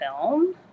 film